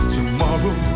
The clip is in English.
Tomorrow